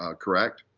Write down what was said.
ah correct?